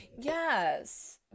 Yes